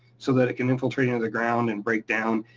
so that it can infiltrate into the ground and break down.